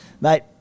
Mate